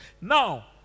Now